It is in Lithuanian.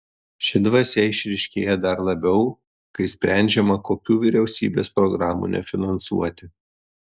ši dvasia išryškėja dar labiau kai sprendžiama kokių vyriausybės programų nefinansuoti